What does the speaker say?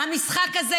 המשחק הזה,